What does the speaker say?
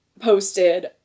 posted